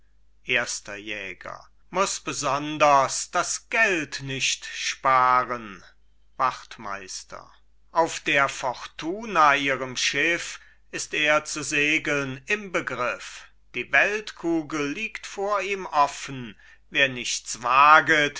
erster jäger muß besonders das geld nicht sparen wachtmeister auf der fortuna ihrem schiff ist er zu segeln im begriff die weltkugel liegt vor ihm offen wer nichts waget